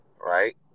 right